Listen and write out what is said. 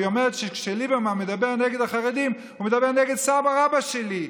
היא אומרת: כשליברמן מדבר נגד החרדים הוא מדבר נגד סבא רבא שלי,